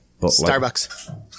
Starbucks